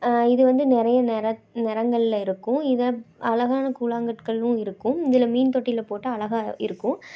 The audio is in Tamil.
இது வந்து நிறைய நிற நிறங்கள்ல இருக்கும் இதை அழகான கூழாங்கற்களும் இருக்கும் இதலாம் மீன் தொட்டியில் போட்டால் அழகாக இருக்கும்